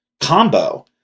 combo